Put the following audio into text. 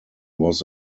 was